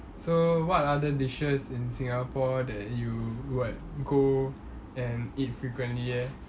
so what other dishes in singapore that you would go and eat frequently leh